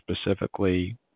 specifically